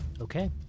Okay